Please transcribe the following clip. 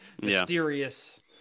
Mysterious